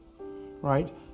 right